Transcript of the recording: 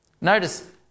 Notice